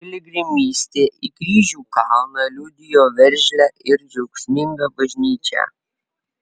piligrimystė į kryžių kalną liudijo veržlią ir džiaugsmingą bažnyčią